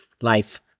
life